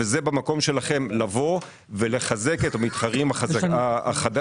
וזה במקום שלכם לבוא ולחזק את המתחרים החדשים.